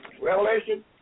Revelation